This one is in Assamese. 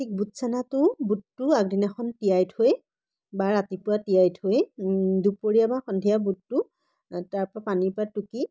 ঠিক বুট চানাটোও বুটটোও আগদিনাখন তিয়াই থৈ বা ৰাতিপুৱা তিয়াই থৈ দুপৰীয়া বা সন্ধিয়া বুটটো তাৰ পৰা পানীৰ পৰা টুকি